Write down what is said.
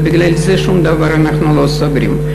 בגלל זה, שום דבר אנחנו לא סוגרים.